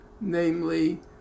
namely